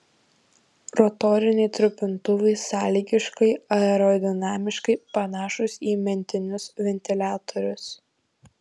rotoriniai trupintuvai sąlygiškai aerodinamiškai panašūs į mentinius ventiliatorius